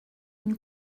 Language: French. une